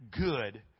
good